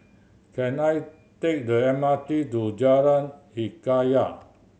can I take the M R T to Jalan Hikayat